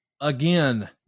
again